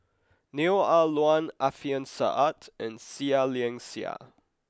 Neo Ah Luan Alfian Sa'at and Seah Liang Seah